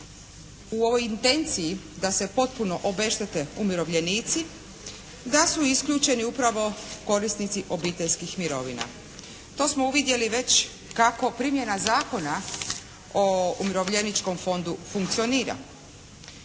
u ovoj intenciji da se potpuno obeštete umirovljenici, da su isključeni upravo korisnici obiteljskih mirovina. Tu smo uvidjeli već kako primjena Zakona o umirovljeničkom fondu funkcionira.